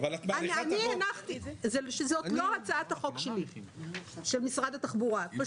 זה לא הצעת החוק של משרד התחבורה שמונחת לפניכם.